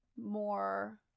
more